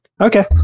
okay